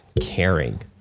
caring